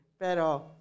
pero